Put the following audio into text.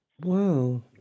Wow